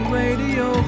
Radio